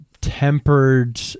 tempered